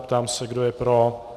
Ptám se, kdo je pro.